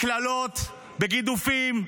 קללות ובגידופים,